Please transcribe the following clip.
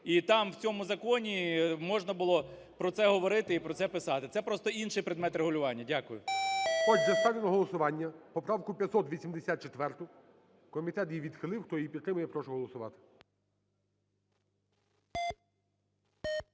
і там, в цьому законі, можна було про це говорити і про це писати, це просто інший предмет регулювання. Дякую.